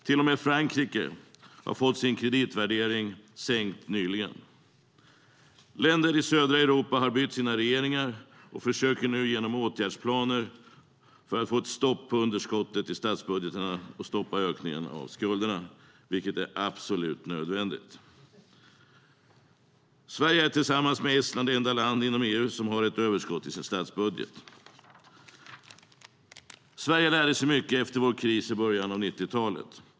Till och med Frankrike har fått sin kreditvärdering sänkt nyligen. Länder i södra Europa har bytt sina regeringar och försöker nu genom åtgärdsplaner få stopp på underskottet i budgeten och stoppa ökningen av skulderna, vilket är absolut nödvändigt. Sverige är tillsammans med Estland det enda land inom EU som har ett överskott i sin statsbudget. Sverige lärde sig mycket efter vår kris i början av 90-talet.